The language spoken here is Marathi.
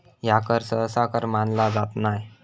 ह्या कर सहसा कर मानला जात नाय